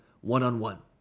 one-on-one